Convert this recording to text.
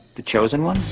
the chosen one?